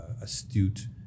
astute